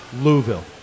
Louisville